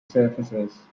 surfaces